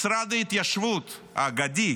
משרד ההתיישבות האגדי,